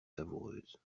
savoureuse